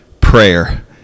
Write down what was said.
prayer